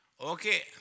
Okay